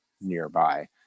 nearby